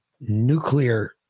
nuclear